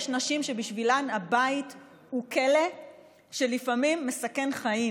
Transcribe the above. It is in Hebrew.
יש נשים שבשבילן הבית הוא כלא שלפעמים מסכן חיים,